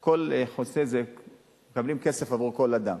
כל מכסה, כל חוסה, מקבלים כסף עבור כל אדם.